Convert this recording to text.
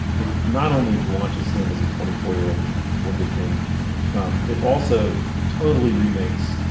it not only watches him as a twenty four year old wonder, can um it also totally remakes